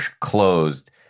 closed